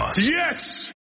Yes